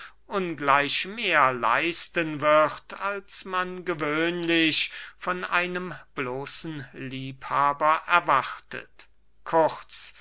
ungleich mehr leisten wird als man gewöhnlich von einem bloßen liebhaber erwartet kurz